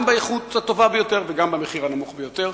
גם באיכות הטובה ביותר וגם במחיר הנמוך ביותר.